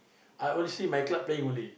I only see my club playing only